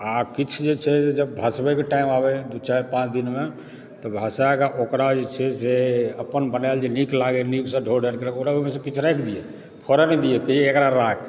आ किछु जे छै से जब भसबयकऽ टाइम आबय दू चारि पांच दिनमे तऽ भसायके ओकरा जे छै से जे अपन बनाओल जे निक लागय निकसभ ओकरा ओहिमेसँ किछु राखि दियै फोड़ऽ नहि दियै कहियै एकरा राख